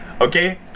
Okay